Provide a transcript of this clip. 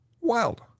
wild